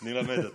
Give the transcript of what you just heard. אני אלמד אותו.